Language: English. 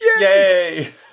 Yay